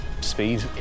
speed